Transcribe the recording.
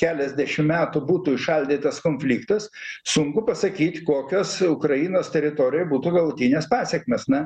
keliasdešim metų būtų įšaldytas konfliktas sunku pasakyt kokios ukrainos teritorijoj būtų galutinės pasekmės na